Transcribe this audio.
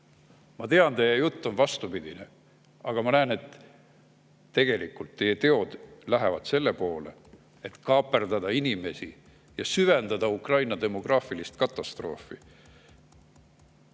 Ma tean, teie jutt on vastupidine. Aga ma näen, et teie teod lähevad selle poole, et kaaperdada inimesi ja süvendada Ukraina demograafilist katastroofi.